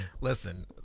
Listen